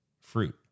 fruit